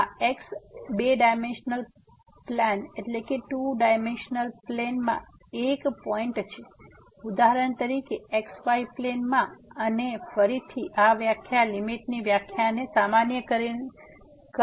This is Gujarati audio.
તેથી આ x બે ડાઈમેન્સનલ પ્લેનમાં એક પોઈન્ટ છે ઉદાહરણ તરીકે xy પ્લેનમાં અને ફરીથી આ વ્યાખ્યા લીમીટની વ્યાખ્યાને સામાન્યીકરણ માટે કરવામાં આવશે